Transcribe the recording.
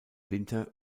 winter